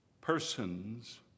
Persons